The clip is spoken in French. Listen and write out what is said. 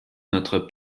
notre